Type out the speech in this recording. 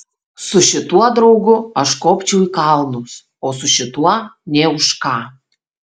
su šituo draugu aš kopčiau į kalnus o su šituo nė už ką